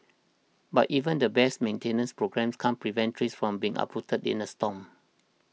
but even the best maintenance programme can't prevent trees from being uprooted in a storm